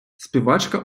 співачка